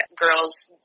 girls